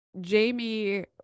Jamie